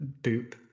Boop